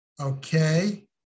Okay